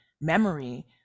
memory